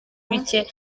bike